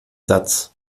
satz